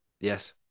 Yes